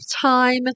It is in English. time